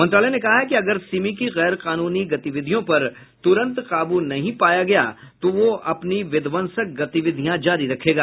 मंत्रालय ने कहा है कि अगर सिमी की गैरकानूनी गतिविधियों पर तूरंत काबू नहीं पाया गया तो वह अपनी विध्वंसक गतिविधियां जारी रखेगा